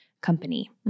company